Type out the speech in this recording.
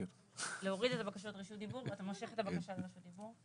אתה מושך את הבקשה לרשות דיבור.